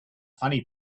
funny